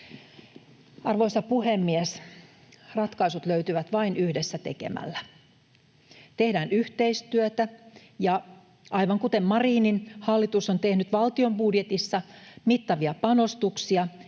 Arvoisa puhemies! Ratkaisut löytyvät vain yhdessä tekemällä. Tehdään yhteistyötä ja — aivan kuten Marinin hallitus on tehnyt valtion budjetissa — mittavia panostuksia.